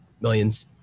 millions